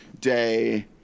day